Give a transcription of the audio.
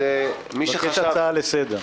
אני מבקש הצעה לסדר.